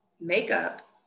makeup